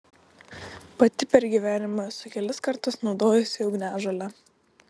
pati per gyvenimą esu kelis kartus naudojusi ugniažolę